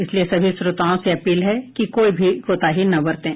इसलिए सभी श्रोताओं से अपील है कि कोई भी कोताही न बरतें